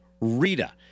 Rita